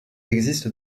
existe